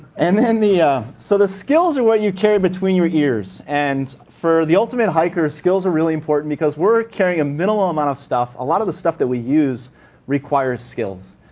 um and the so the skills are what you carry between your ears. and for the ultimate hiker, skills are really important because we're carrying a minimal amount of stuff. a lot of the stuff we use requires skills.